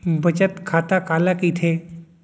बचत खाता काला कहिथे?